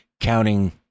counting